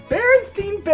Berenstein